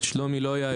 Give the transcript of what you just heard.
שלומי לויה.